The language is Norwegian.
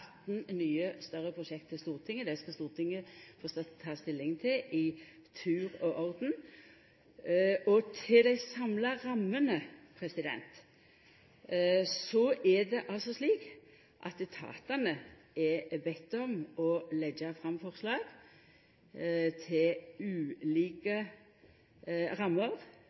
Stortinget. Dei skal Stortinget få ta stilling til i tur og orden. Når det gjeld dei samla rammene, er det slik at etatane er bedne om å leggja fram forslag til ulike rammer.